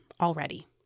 already